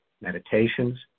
meditations